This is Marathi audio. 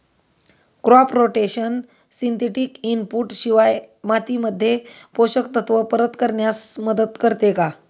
क्रॉप रोटेशन सिंथेटिक इनपुट शिवाय मातीमध्ये पोषक तत्त्व परत करण्यास मदत करते का?